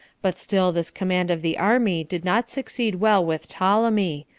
but still this command of the army did not succeed well with ptolemy,